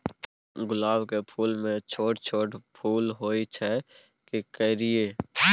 गुलाब के फूल में छोट छोट फूल होय छै की करियै?